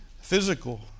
physical